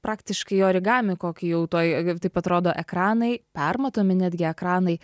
praktiškai origami kokį jau tuoj taip atrodo ekranai permatomi netgi ekranai